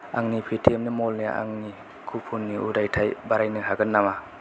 आंनि पेटिएम मलनि आंनि कुपननि उदायथाइ बारायनो हागोन नामा